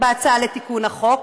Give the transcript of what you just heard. בהצעה לתיקון החוק.